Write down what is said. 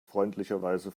freundlicherweise